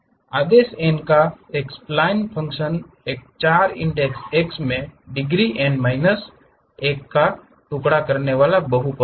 आदेश n का एक spline function एक चर इंडेक्स x में डिग्री एन माइनस 1 का एक टुकड़ा करने वाला बहुपद है